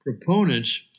proponents